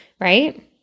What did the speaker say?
Right